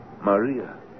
Maria